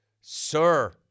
Sir